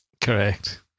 Correct